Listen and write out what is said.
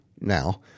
now